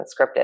scripted